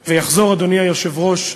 ויחזור, אדוני היושב-ראש,